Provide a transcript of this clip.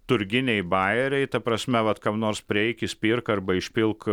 turginiai bajeriai ta prasme vat kam nors prieik įspirk arba išpilk